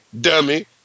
dummy